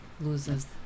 Loses